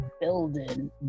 building